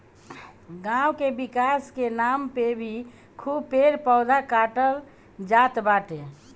गांव के विकास के नाम पे भी खूब पेड़ पौधा काटल जात बाटे